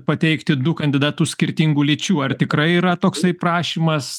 pateikti du kandidatus skirtingų lyčių ar tikrai yra toksai prašymas